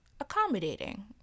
accommodating